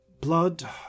blood